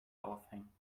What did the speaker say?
aufhängen